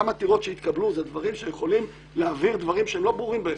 גם עתירות שהתקבלו זה דברים שיכולים להבהיר דברים שהם לא ברורים בהכרח.